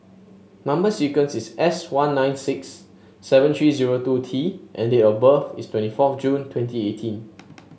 number sequence is S one nine six seven three zero two T and date of birth is twenty fourth June twenty eighteen